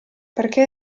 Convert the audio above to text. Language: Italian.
perché